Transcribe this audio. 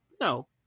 no